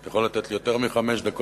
על כן, אתה יכול לתת לי יותר מחמש דקות.